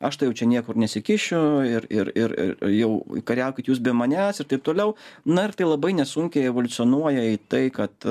aš tai jau čia niekur nesikišiu ir ir ir jau kariaukit jūs be manęs ir taip toliau na ir tai labai nesunkiai evoliucionuoja į tai kad